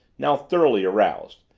now thoroughly aroused,